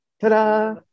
Ta-da